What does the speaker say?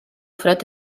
fred